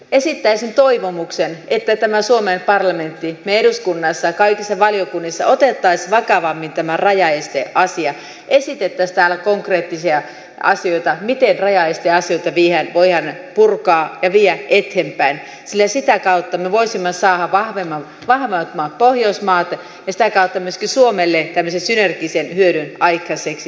esittäisin toivomuksen että me suomen parlamentissa eduskunnassa kaikissa valiokunnissa ottaisimme vakavammin tämän rajaesteasian esittäisimme täällä konkreettisia asioita miten rajaesteasioita voidaan purkaa ja viedä eteenpäin sillä sitä kautta me voisimme saada vahvemmat pohjoismaat ja sitä kautta myöskin suomelle tämmöisen synergisen hyödyn aikaiseksi